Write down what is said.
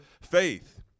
faith